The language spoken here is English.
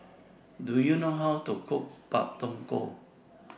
Do YOU know How to Cook Pak Thong Ko